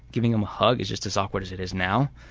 giving him a hug is just as awkward as it is now,